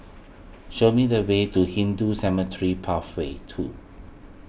show me the way to Hindu Cemetery Path way two